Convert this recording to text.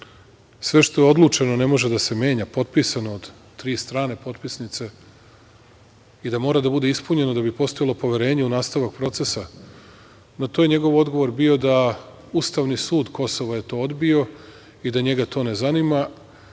sve što je odlučeno ne može da se menja, potpisano od tri strane potpisnice i da mora da bude ispunjeno da bi postojalo poverenje u nastavak procesa, na to je njegov odgovor bio da je ustavni sud Kosova to odbio i da njega to ne zanima,